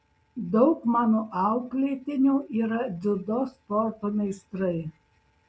daug mano auklėtinių yra dziudo sporto meistrai